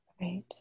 Right